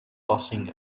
tossing